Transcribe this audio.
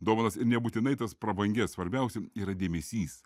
dovanas ir nebūtinai tas prabangias svarbiausia yra dėmesys